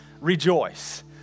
rejoice